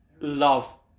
love